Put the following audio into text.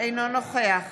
אינו נוכח